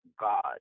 God